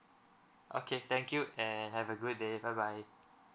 okay thank you and have a good day bye bye